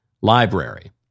Library